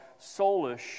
soulish